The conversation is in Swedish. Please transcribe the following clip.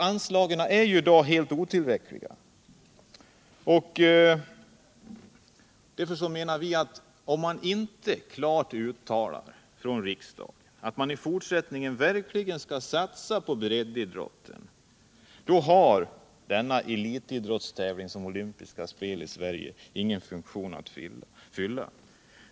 Anslagen är ju i dag helt oullräckliga. Därför menar vi att om riksdagen inte klart uttalar att man i fortsättningen verkligen skall satsa på breddidrotten så har en elitidrottstävling som olympiska spelen ingen funktion ait fylla.